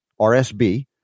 RSB